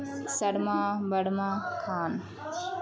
سرما بڑما خان